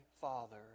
father